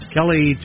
Kelly